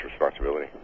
responsibility